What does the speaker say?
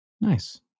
Nice